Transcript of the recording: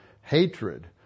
Hatred